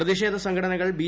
പ്രതിഷേധ സംഘടനകൾ ബി